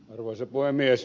arvoisa puhemies